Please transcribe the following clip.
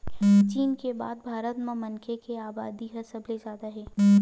चीन के बाद भारत म मनखे के अबादी ह सबले जादा हे